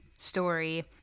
story